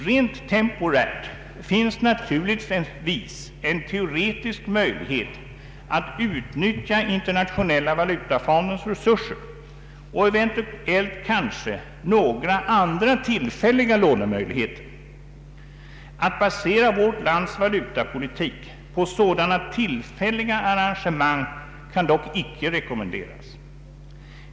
Rent temporärt finns naturligtvis en teoretisk möjlighet att utnyttja Internationella valutafondens resurser, och eventuellt kanske några andra tillfälliga lånemöjligheter. Att basera vårt lands valutapolitik på sådana tillfälliga ar rangemang kan dock inte rekommenderas.